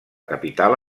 capital